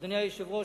אדוני היושב-ראש,